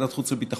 59) (איסור פרסום ונקיבה של מחיר בשטרי כסף או במעות שאינם הילך חוקי),